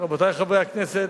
רבותי חברי הכנסת,